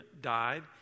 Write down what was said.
died